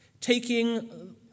taking